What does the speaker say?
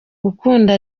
gukunda